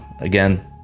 Again